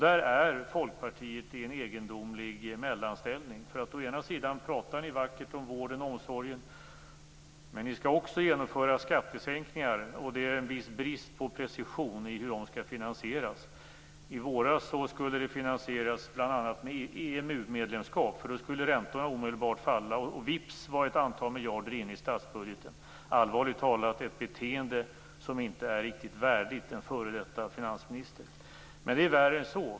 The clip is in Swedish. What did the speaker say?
I det avseendet är Folkpartiet i en egendomlig mellanställning. Å ena sidan pratar ni vackert om vården och omsorgen, å andra sidan skall ni genomföra skattesänkningar. Det är en viss brist på precision av hur de skall finansieras. I våras skulle de bl.a. finansieras med EMU-medlemskap, för då skulle räntorna omedelbart falla, och vips var ett antal miljarder inne i statsbudgeten. Det är allvarligt talat ett beteende som inte är riktigt värdigt en före detta finansminister. Men det är värre än så.